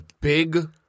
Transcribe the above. big